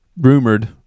rumored